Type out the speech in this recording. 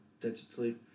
digitally